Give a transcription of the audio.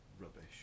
rubbish